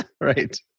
Right